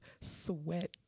sweat